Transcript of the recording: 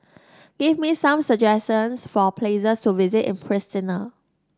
give me some suggestions for places to visit in Pristina